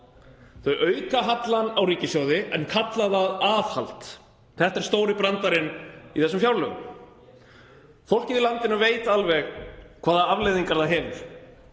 Þau auka hallann á ríkissjóði en kalla það aðhald. Þetta er stóri brandarinn í þessum fjárlögum. Fólkið í landinu veit alveg hvaða afleiðingar það hefur